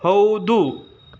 ಹೌದು